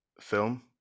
film